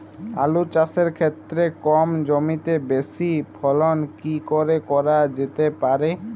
আলু চাষের ক্ষেত্রে কম জমিতে বেশি ফলন কি করে করা যেতে পারে?